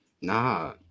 nah